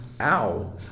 Ow